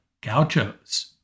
Gauchos